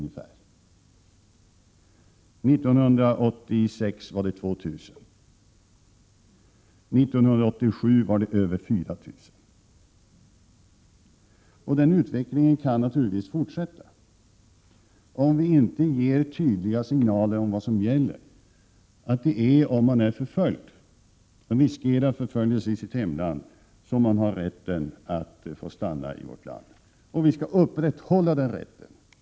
1986 var antalet asylsökande 2 000 och 1987 över 4 000. Denna utveckling kan naturligtvis forsätta om vi inte ger tydliga signaler om vad som gäller, nämligen att man får stanna i Sverige om man riskerar förföljelse i sitt hemland. Vi skall upprätthålla den politiken.